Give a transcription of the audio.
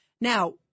Now